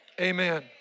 Amen